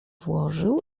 włożył